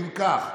כך,